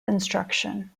instruction